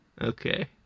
okay